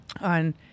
on